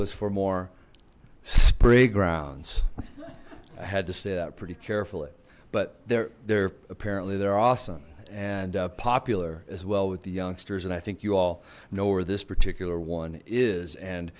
was for more spray grounds i had to say that pretty carefully but they're there apparently they're awesome and popular as well with the youngsters and i think you all know where this particular one is and